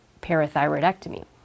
parathyroidectomy